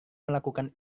melakukan